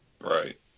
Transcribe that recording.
Right